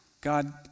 God